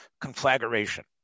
conflagration